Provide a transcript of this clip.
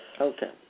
Okay